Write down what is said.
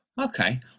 okay